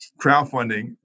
crowdfunding